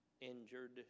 injured